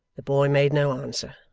the boy made no answer,